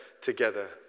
together